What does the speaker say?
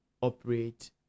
operate